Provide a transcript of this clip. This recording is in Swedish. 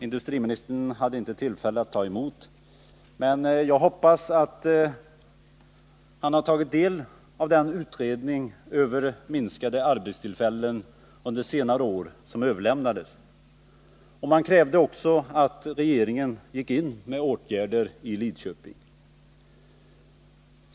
Industriministern hade inte tillfälle att ta emot men jag hoppas att statsrådet har tagit del av den utredning över minskade arbetstillfällen under senare år som överlämnades. Man krävde också att regeringen gick in med åtgärder i Lidköping.